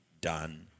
done